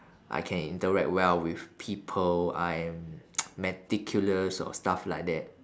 I can interact well with people I am meticulous or stuff like that